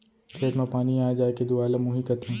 खेत म पानी आय जाय के दुवार ल मुंही कथें